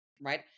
right